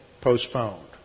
postponed